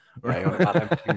right